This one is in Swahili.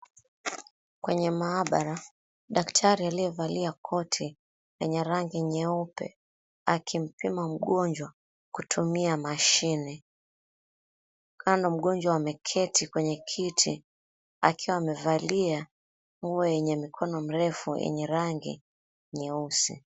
Kwenye maabara, daktari aliyevalia koti yenye rangi nyeupe akimpima mgonjwa kutumia mashine. Kando mgonjwa ameketi kwenye kiti akiwa amevalia uwe wenye mikono mrefu yenye rangi nyeusi.